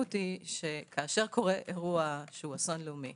המשמעות היא שכאשר קורה אירו שהוא אסון לאומי